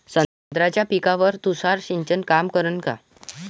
संत्र्याच्या पिकावर तुषार सिंचन काम करन का?